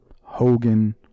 Hogan